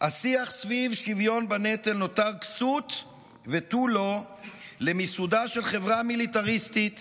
השיח סביב שוויון בנטל נותר כסות ותו לא למיסודה של חברה מיליטריסטית